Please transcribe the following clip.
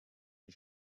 die